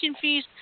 fees